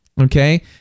Okay